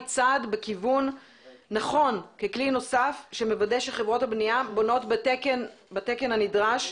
היא צעד בכיוון נכון ככלי נוסף שמוודא שחברות הבנייה בונות בתקן הנדרש,